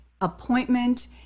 appointment